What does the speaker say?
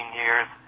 years